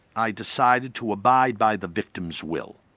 i decided to abide by the victim's will.